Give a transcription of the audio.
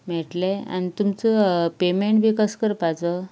मेळट्ले आनी तुमचो पेमॅण बी कसो करपाचो